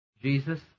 Jesus